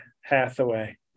Hathaway